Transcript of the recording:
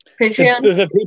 Patreon